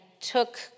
took